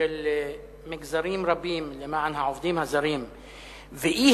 של מגזרים רבים למען העובדים הזרים והאי-התגייסות